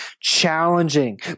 challenging